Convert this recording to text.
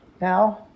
now